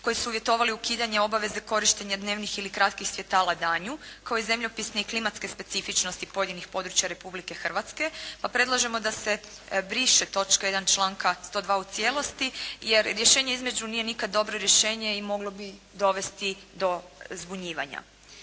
koji su uvjetovali ukidanje obaveze korištenja dnevnih ili kratkih svjetala danju kao i zemljopisne i klimatske specifičnosti pojedinih područja Republike Hrvatske. Pa predlažemo da se briše točka 1. članka 102. u cijelosti, jer rješenje između nije nikada nije dobro rješenje i moglo bi dovesti do zbunjivanja.